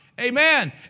amen